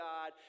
God